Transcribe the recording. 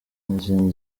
n’izindi